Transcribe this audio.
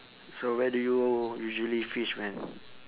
so where do you usually fish man